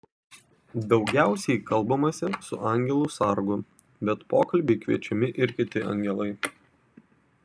daugiausiai kalbamasi su angelu sargu bet pokalbiui kviečiami ir kiti angelai